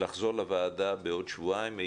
לחזור לוועדה בעוד שבועיים.